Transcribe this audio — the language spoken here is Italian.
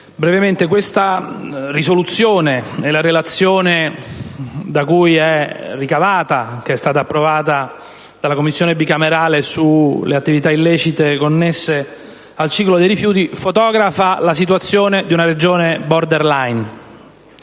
Presidente, la risoluzione n. 1 e la Relazione da cui è ricavata, che è stata approvata dalla Commissione bicamerale sulle attività illecite connesse al ciclo dei rifiuti, fotografano la situazione di una Regione *borderline*.